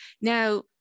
Now